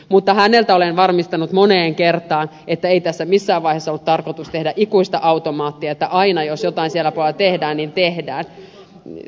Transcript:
mutta häneltä olen varmistanut moneen kertaan että ei tässä missään vaiheessa ollut tarkoitus tehdä ikuista automaattia että aina jos jotain siellä puolella tehdään niin korvataan